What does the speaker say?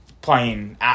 playing